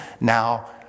now